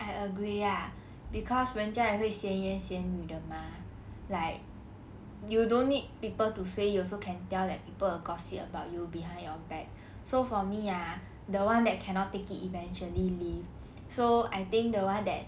I agree ya cause 人家也会闲言闲语的 mah like you don't need people to say you also can tell that people will gossip about you behind your back so for me ah the one that cannot take it eventually leave so I think the one that